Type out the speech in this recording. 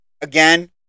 again